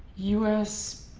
u s